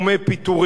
בממשלה,